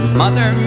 mother